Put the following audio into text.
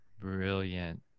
Brilliant